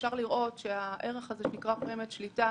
אפשר לראות שהערך הזה שנקרא פרמיית שליטה